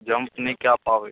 jump नहि कए पाबय